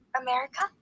America